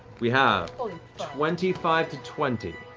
we have twenty five to twenty.